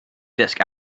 desk